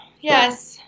Yes